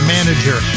Manager